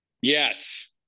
Yes